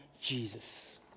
Jesus